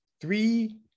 three